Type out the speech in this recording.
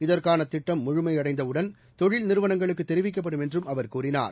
இதற்கான திட்டம் முழுமையடைந்தவுடன் தொழில் நிறுவனங்களுக்கு தெரிவிக்கப்படும் என்றும் அவர் கூறினார்